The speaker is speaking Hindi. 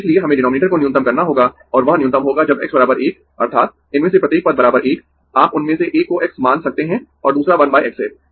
इसलिए हमें डीनोमिनेटर को न्यूनतम करना होगा और वह न्यूनतम होगा जब x 1 अर्थात् इनमें से प्रत्येक पद 1 आप उनमें से एक को x मान सकते है और दूसरा 1 x है